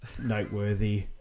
noteworthy